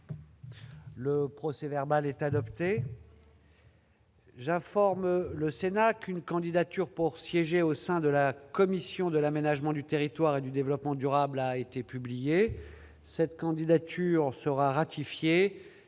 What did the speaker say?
dernier, à zéro heure. J'informe le Sénat qu'une candidature pour siéger au sein de la commission de l'aménagement du territoire et du développement durable a été publiée. Cette candidature sera ratifiée